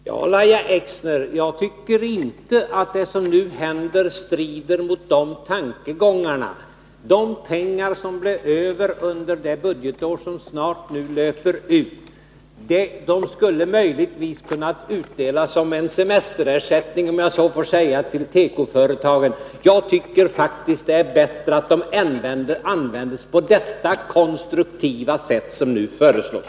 Herr talman! Ja, Lahja Exner, jag tycker inte att det som nu händer strider mot de här tankegångarna. De pengar som blev över när det gäller det budgetår som nu snart löper ut skulle möjligtvis ha kunnat utdelats som en semesterersättning, om jag så får säga, till tekoföretagen. Jag tycker faktiskt det är bättre att de används på det konstruktiva sätt som nu föreslås.